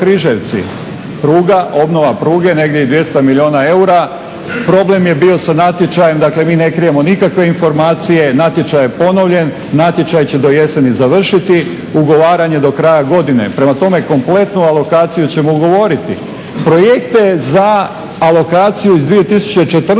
pruga, obnova pruge nekih 200 milijuna eura. Problem je bio sa natječajem. Dakle, mi ne krijemo nikakve informacije. Natječaj je ponovljen, natječaj će do jeseni završiti, ugovaranje je do kraja godine. Prema tome, kompletnu alokaciju ćemo ugovoriti. Projekte za alokaciju iz 2014.